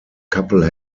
couple